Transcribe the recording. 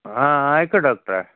ആ ആയിക്കോ ഡോക്ടറെ